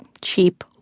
cheap